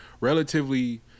relatively